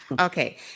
Okay